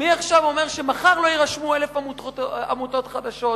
מי עכשיו אומר שמחר לא יירשמו 1,000 עמותות חדשות,